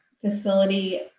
facility